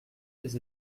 des